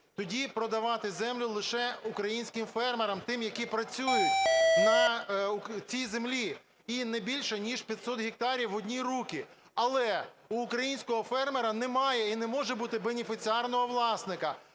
тоді продавати землю лише українським фермерам, тим, які працюють на цій землі, і не більше ніж 500 гектарів в одні руки. Але в українського фермера немає і не може бути бенефіціарного власника.